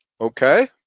Okay